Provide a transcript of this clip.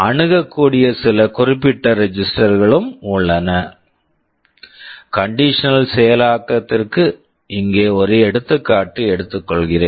அணுகக் கூடிய சில குறிப்பிட்ட ரெஜிஸ்டர் register களும் உள்ளன கண்டிஷனல் conditional செயலாக்கத்திற்கு இங்கே ஒரு எடுத்துக்காட்டு எடுத்துக்கொள்கிறேன்